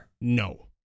No